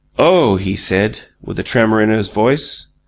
oh, he said, with a tremor in his voice,